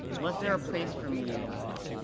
was there a place for me in the law?